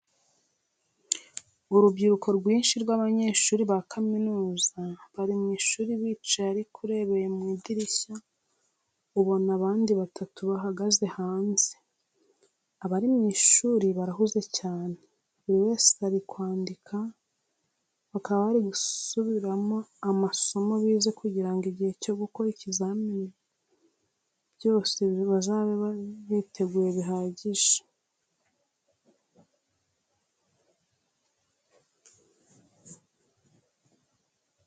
Urubyiruko rwinshi rw'abanyeshuri ba kaminuza bari mu ishuri bicaye ariko urebeye mu idirishya ubona abandi batatu bahagaze hanze. Abari mu ishuri barahuze cyane, buri wese ari kwandika, bakaba bari gusubiramo amasomo bize kugira ngo igihe cyo gukora ikizami byose bazabe biteguye bihagije.